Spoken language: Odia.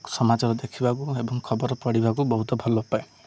ସମାଜର ଦେଖିବାକୁ ଏବଂ ଖବର ପଢ଼ିବାକୁ ବହୁତ ଭଲ ପାଏ